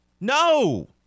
No